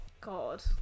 god